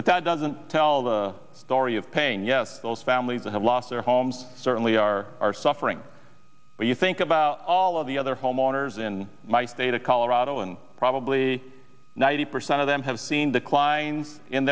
but that doesn't tell the story of pain yes those families that have lost their homes certainly are are suffering or you think about all of the other homeowners in my state of colorado and probably ninety percent of them have seen the kleins in